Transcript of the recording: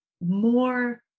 more